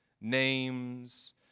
names